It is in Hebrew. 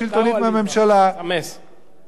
זה יוצר מצב